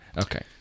Okay